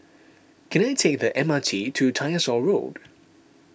can I take the M R T to Tyersall Road